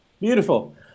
Beautiful